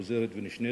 חוזרת ונשנית,